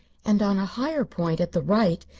and on a higher point at the right,